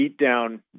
beatdown